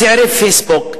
צעירי "פייסבוק",